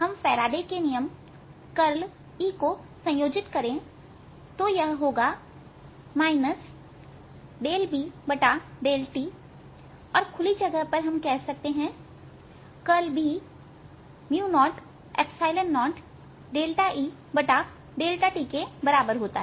हम फैराडे के नियम करल E को संयोजित करें तो यह होगा ∂B∂tऔर खुली जगह पर हम कह सकते हैं करल B 00E∂tके बराबर होता है